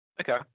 Okay